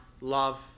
love